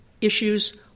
issues